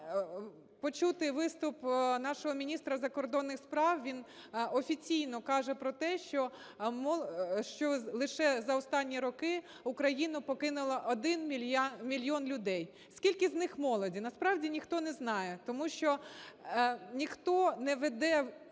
почути виступ нашого міністра закордонних справ, він офіційно каже про те, що лише за останні роки України покинули 1 мільйон людей. Скільки з них молоді? Насправді, ніхто не знає. Тому що ніхто не веде